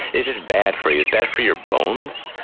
it's just bad for you. it's bad for your bones.